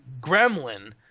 gremlin